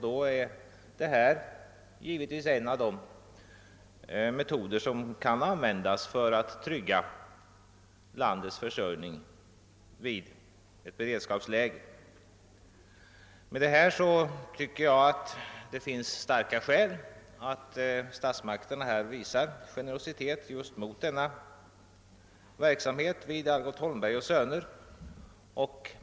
Givetvis är det en av de metoder som kan användas för att trygga landets försörjning i ett beredskapsläge. Enligt min mening finns det starka skäl för statsmakterna att visa generositet mot verksamheten vid Algot Holmberg & Söner AB.